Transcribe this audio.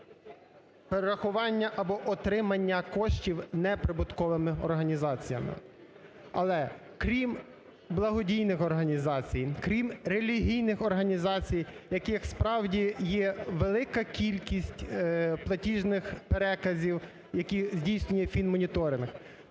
перерахування або отримання коштів неприбутковими організаціями. Але крім благодійних організацій, крім релігійних організацій, яких справді є велика кількість платіжних переказів, які здійснює фінмоніторинг,